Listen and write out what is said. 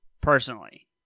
personally